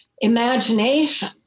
imagination